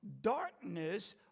Darkness